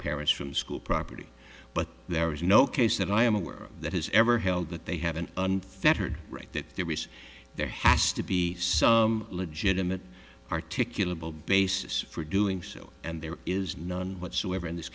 parents from school property but there is no case that i am aware of that has ever held that they have an unfettered right that there is there has to be some legitimate articulable basis for doing so and there is none whatsoever in this